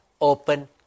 open